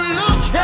look